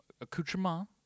accoutrement